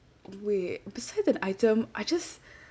wait besides that item I just